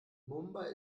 mumbai